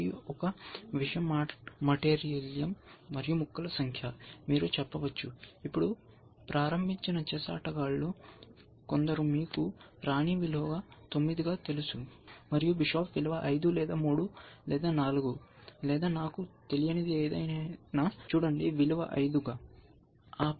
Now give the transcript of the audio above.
కాబట్టి ఒక విషయం మాటేరియల్ం ముక్కల సంఖ్య మీరు చెప్పవచ్చు ఇప్పుడు ప్రారంభించిన చెస్ ఆటగాళ్ళు కొందరు మీకు రాణి విలువ 9 గా తెలుసు మరియు బిషప్ విలువ 5 లేదా 3 లేదా 4 లేదా నాకు తెలియనిది ఏదైనా చూడండి విలువ 5 గా చూడండి